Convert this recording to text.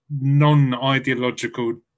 non-ideological